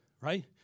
right